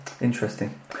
Interesting